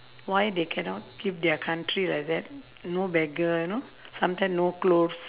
why they cannot keep their country like that no beggar you know sometimes no clothes